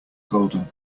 golden